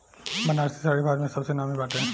बनारसी साड़ी भारत में सबसे नामी बाटे